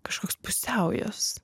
kažkoks pusiaujas